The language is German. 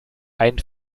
ein